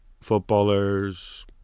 footballers